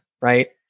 right